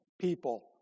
people